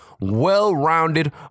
well-rounded